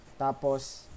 Tapos